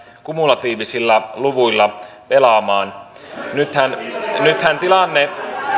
kumulatiivisilla luvuilla pelaamaan nythän tilanne